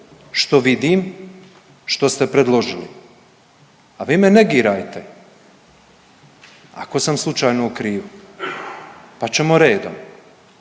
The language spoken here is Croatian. što vidim, što ste predložili, a vi me negirajte, ako sam slučajno u krivu pa ćemo redom.